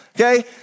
okay